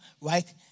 right